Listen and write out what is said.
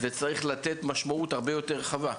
זה צריך לתת משמעות הרבה יותר רחבה.